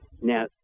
Now